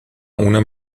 una